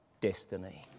destiny